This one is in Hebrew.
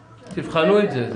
תבחנו את זה.